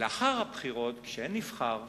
ולאחר הבחירות, כשנבחר,